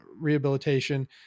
rehabilitation